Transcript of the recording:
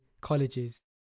colleges